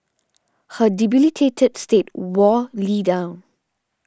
her debilitated state wore Lee down